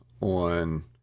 on